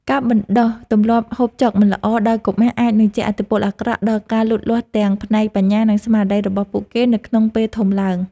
ការបណ្តុះទម្លាប់ហូបចុកមិនល្អដល់កុមារអាចនឹងជះឥទ្ធិពលអាក្រក់ដល់ការលូតលាស់ទាំងផ្នែកបញ្ញា និងស្មារតីរបស់ពួកគេនៅក្នុងពេលធំឡើង។